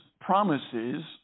promises